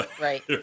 Right